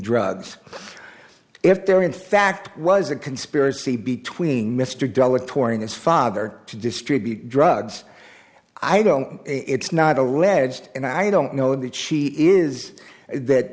drugs if they were in fact was a conspiracy between mr della torn his father to distribute drugs i don't know it's not alleged and i don't know that she is that